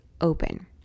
open